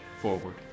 forward